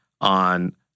on